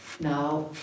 now